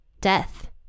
death